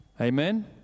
Amen